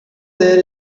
there